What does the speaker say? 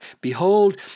Behold